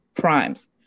crimes